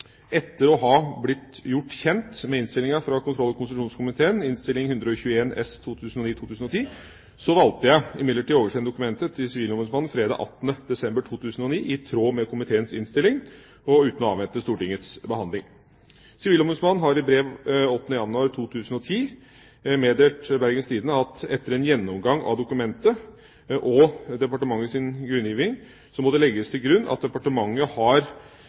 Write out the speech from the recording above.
Etter å ha blitt gjort kjent med innstillinga fra kontroll- og konstitusjonskomiteen, Innst. 121 S for 2009–2010, valgte jeg imidlertid å oversende dokumentet til Sivilombudsmannen fredag 18. desember 2009, i tråd med komiteens innstilling, uten å avvente Stortingets behandling. Sivilombudsmannen har i brev 8. januar 2010 meddelt Bergens Tidende følgende: «Etter ein gjennomgang av dokumentet og departementet si grunngjeving, må det leggjast til grunn at departementet har